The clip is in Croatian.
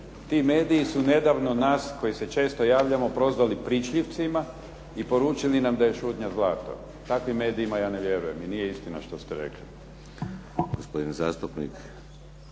Ti mediji su nedavno nas koji se često javljamo prozvali pričljivcima i poručili nam da je šutnja zlato. Takvim medijima ja ne vjerujem i nije istina što ste rekli.